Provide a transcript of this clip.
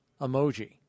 emoji